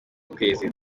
kwezi